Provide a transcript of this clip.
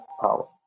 power